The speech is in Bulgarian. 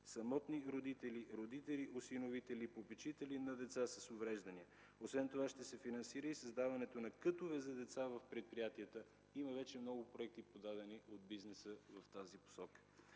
самотни родители, родители осиновители и попечители на деца с увреждания. Освен това ще се финансира и създаването на кътове за деца в предприятията. Има вече много проекти, подадени от бизнеса в тази посока.